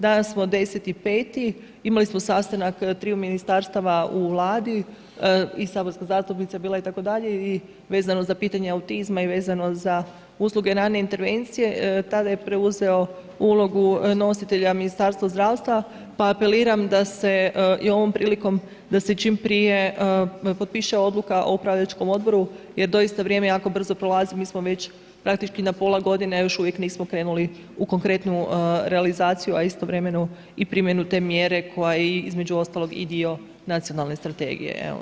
Danas smo 10.05. imali smo sastanak triju ministarstava u Vladi i saborska zastupnica je bila itd. i vezano za pitanje autizma i vezano za usluge rane intervencije, tada je preuzeo ulogu nositelja Ministarstvo zdravstva pa apeliram da se i ovom prilikom, da se čim prije potpiše odluka o upravljačkom odboru jer doista vrijeme jako brzo prolazi, mi smo već praktički na pola godine, a još uvijek nismo krenuli u konkretnu realizaciju, a istovremeno i primjenu te mjere koja je između ostalog i dio nacionalne strategije.